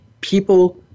people